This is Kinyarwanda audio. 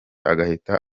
agahita